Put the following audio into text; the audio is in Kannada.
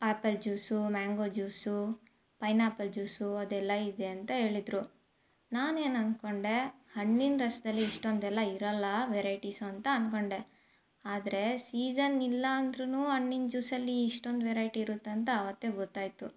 apple juice mango juice pineapple juice ಅದೆಲ್ಲ ಇದೆ ಅಂತ ಹೇಳಿದ್ರು ನಾನು ಏನು ಅನ್ಕೊಂಡೆ ಹಣ್ಣಿನ ರಸದಲ್ಲಿ ಇಷ್ಟೊಂದೆಲ್ಲ ಇರೋಲ್ಲ ವೆರೈಟಿಸು ಅಂತ ಅನ್ಕೊಂಡೆ ಆದರೆ ಸೀಸನ್ ಇಲ್ಲ ಅಂದ್ರೂ ಹಣ್ಣಿನ ಜ್ಯೂಸಲ್ಲಿ ಇಷ್ಟೊಂದು ವೆರೈಟಿ ಇರುತ್ತೆ ಅಂತ ಅವತ್ತೇ ಗೊತ್ತಾಯಿತು